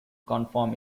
confirm